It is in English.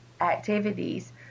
activities